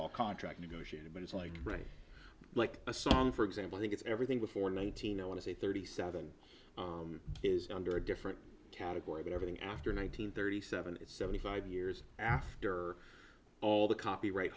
all contract negotiated but it's like right like a song for example think it's everything before nineteen i want to say thirty seven is under a different category but everything after nine hundred thirty seven is seventy five years after all the copyright